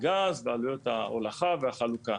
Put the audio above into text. הגז ועלויות ההולכה והחלוקה.